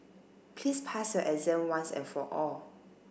please pass your exam once and for all